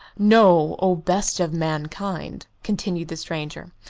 know, o best of mankind, continued the stranger,